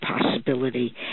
possibility